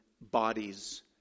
bodies